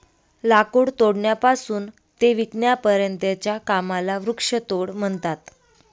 लाकूड तोडण्यापासून ते विकण्यापर्यंतच्या कामाला वृक्षतोड म्हणतात